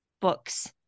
books